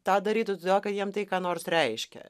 tą darytų todėl kad jiem tai ką nors reiškia